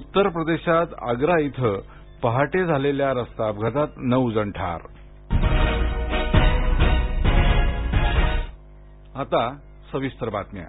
उत्तर प्रदेशात आग्रा इथं पहाटे झालेल्या रस्ता अपघातात नऊ जण ठार मोदी गीता